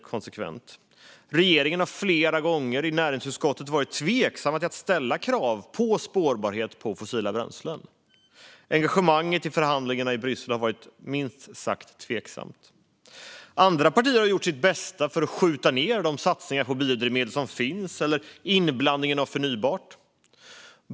Regeringen har flera gånger varit högst tveksam till att ställa krav på spårbarhet för fossila bränslen. Engagemanget i förhandlingarna i Bryssel har varit minst sagt tveksamt. Andra partier har gjort sitt bästa för att skjuta ned de satsningar på biodrivmedel som finns liksom inblandningen av förnybart.